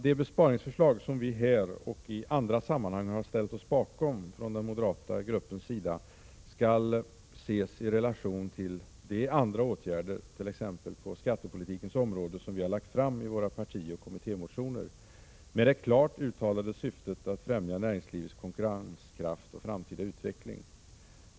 De besparingsförslag som vi här och i andra sammanhang har ställt oss bakom från den moderata gruppens sida skall ses i relation till de andra åtgärder —t.ex. på skattepolitikens område — som vi har lagt fram i våra partioch kommittémotioner med det klart uttalade syftet att främja näringslivets konkurrenskraft och framtida utveckling.